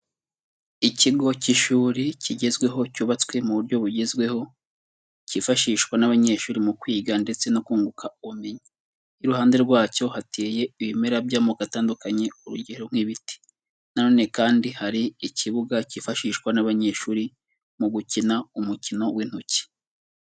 Ikigo cy'ishuri kigezweho cyubatswe mu buryo bugezweho, cyifashishwa n'abanyeshuri mu kwiga ndetse no kunguka ubumenyi, iruhande rwacyo hateye ibimera by'amoko atandukanye urugero nk'ibiti, na none kandi hari ikibuga cyifashishwa n'abanyeshuri mu gukina umukino w'intoki.